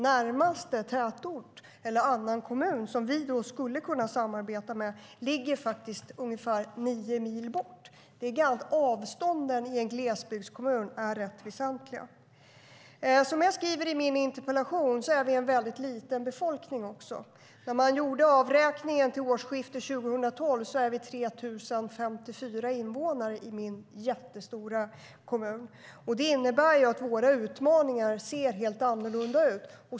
Närmaste tätort eller annan kommun som vi skulle kunna samarbeta med ligger ungefär nio mil bort. Avstånden i en glesbygdskommun är rätt väsentliga. Som jag skriver i min interpellation är vi också en mycket liten befolkning. När man gjorde avräkningen till årsskiftet 2012 var vi 3 054 invånare i min jättestora kommun. Det innebär att våra utmaningar ser helt annorlunda ut.